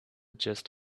just